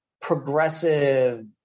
progressive